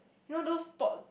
you know those sport